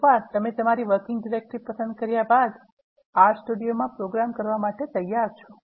એકવાર તમે તમારી વર્કીંગ ડિરેક્ટરી પસંદ કર્યા બાદ તમે R સ્ટુડિયો મા પ્રોગ્રામ માટે તૈયાર છો